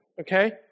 okay